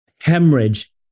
hemorrhage